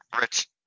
Rich